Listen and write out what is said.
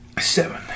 Seven